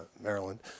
Maryland